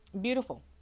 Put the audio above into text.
Beautiful